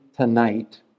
tonight